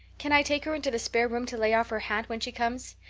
can i take her into the spare room to lay off her hat when she comes?